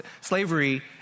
Slavery